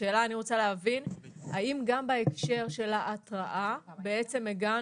אני רוצה להבין האם גם בהקשר של ההתראה הגענו